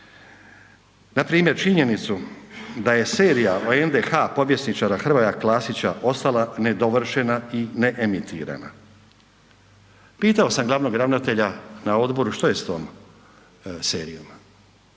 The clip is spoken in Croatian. npr. činjenicu da je serija o NDH povjesničara Hrvoja Klasića ostala nedovršena i neemitirana. Pitao sam glavnog ravnatelja na odboru što je s tom serijom